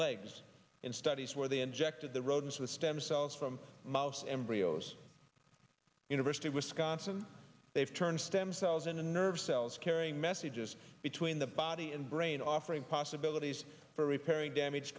legs in studies where they injected the rodents with stem cells from mouse embryos university of wisconsin they've turned stem cells into nerve cells carrying messages between the body and brain offering possibilities for repairing damage